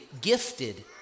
gifted